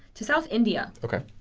to south india. okay.